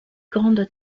grande